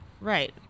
Right